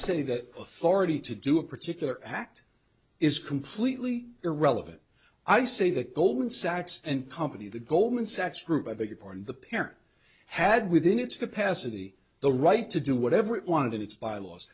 authority to do a particular act is completely irrelevant i say that goldman sachs and company the goldman sachs group i beg your pardon the parent had within its capacity the right to do whatever it wanted in its bylaws